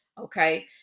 Okay